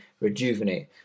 rejuvenate